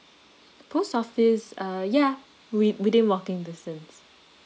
post office uh yeah wi~ within walking distance